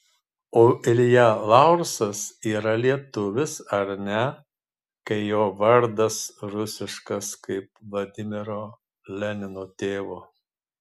o ilja laursas yra lietuvis ar ne kai jo vardas rusiškas kaip vladimiro lenino tėvo